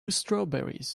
strawberries